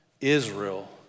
Israel